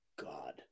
God